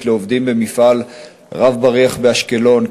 לעובדים במפעל "רב-בריח" באשקלון,